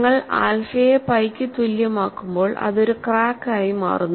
നിങ്ങൾ ആൽഫയെ പൈയ്ക്ക് തുല്യമാക്കുമ്പോൾ അത് ഒരു ക്രാക്ക് ആയി മാറുന്നു